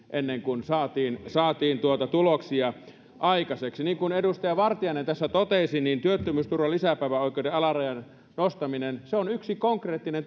ennen kuin saatiin saatiin tuloksia aikaiseksi niin kuin edustaja vartiainen tässä totesi niin työttömyysturvan lisäpäiväoikeuden alarajan nostaminen on yksi konkreettinen